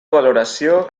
valoració